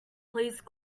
please